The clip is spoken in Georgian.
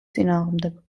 წინააღმდეგ